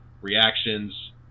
reactions